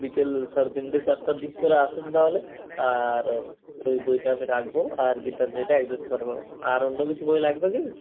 বিকেল সাড়ে তিনটে চারটার দিক করে আসুন তাহলে আর ওই বইটাকে রাখবো আর গীতাঞ্জলিটা এক দু দিন পরে পাবেন আর অন্য কিছু বই লাগবে কি